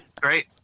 Great